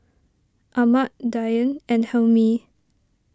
Ahmad Dian and Hilmi